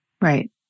Right